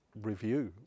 review